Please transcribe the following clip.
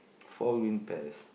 four green pears